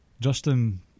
Justin